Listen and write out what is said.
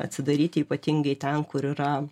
atsidaryti ypatingai ten kur yra